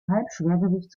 halbschwergewicht